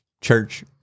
church